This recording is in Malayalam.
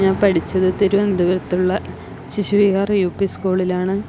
ഞാൻ പഠിച്ചത് തിരുവനന്തപുരത്തുള്ള ശിശുവിഹാര് യു പി സ്കൂളിലാണ്